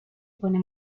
pone